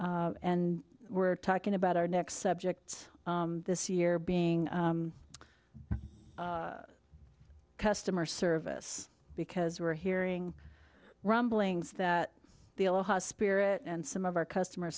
and we're talking about our next subjects this year being customer service because we're hearing rumblings that the aloha spirit and some of our customer